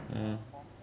mm